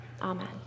Amen